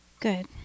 Good